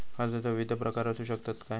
कर्जाचो विविध प्रकार असु शकतत काय?